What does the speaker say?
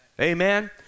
Amen